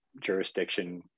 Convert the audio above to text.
jurisdiction